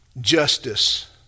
justice